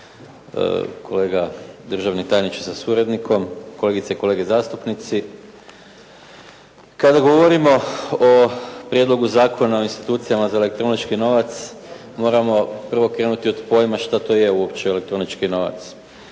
kolega državni tajniče sa suradnikom, kolegice i kolege zastupnici. Kada govorimo o Prijedlogu Zakona o institucijama za elektronički novac moramo prvo krenuti od pojma što to je uopće elektronički novac.